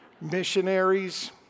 missionaries